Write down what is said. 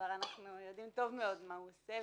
שאנחנו יודעים טוב מאוד מה עושה.